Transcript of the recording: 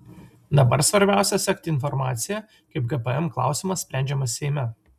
dabar svarbiausia sekti informaciją kaip gpm klausimas sprendžiamas seime